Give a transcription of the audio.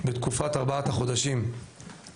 בתקופת ארבעת החודשים,